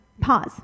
Pause